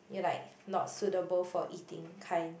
ya like not suitable for eating kind